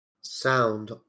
sound